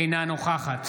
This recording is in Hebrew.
אינה נוכחת